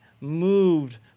moved